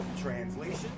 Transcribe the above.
Translation